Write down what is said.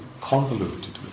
convoluted